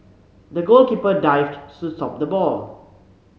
the goalkeeper dived to stop the ball